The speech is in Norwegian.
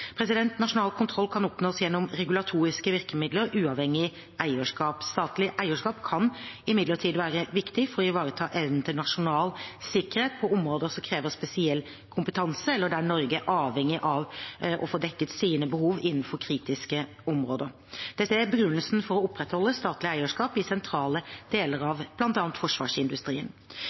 Nasjonal kontroll kan oppnås gjennom regulatoriske virkemidler uavhengig av eierskap. Statlig eierskap kan imidlertid være viktig for å ivareta evnen til nasjonal sikkerhet på områder som krever spesiell kompetanse, eller der Norge er avhengig av å få dekket sine behov innenfor kritiske områder. Dette er begrunnelsen for å opprettholde statlig eierskap i sentrale deler av bl.a. forsvarsindustrien.